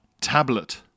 tablet